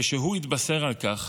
כשהוא התבשר על כך